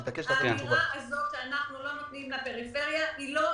האמירה שאנחנו לא נותנים לפריפריה, לא נכונה.